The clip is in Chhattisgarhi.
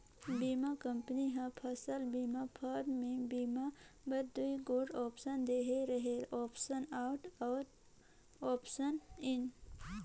बीमा कंपनी हर फसल बीमा फारम में बीमा बर दूई गोट आप्सन देहे रहेल आप्सन आउट अउ आप्सन इन